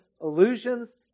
illusions